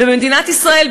במדינת ישראל,